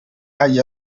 agli